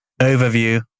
overview